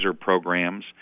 programs